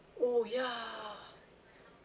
oh ya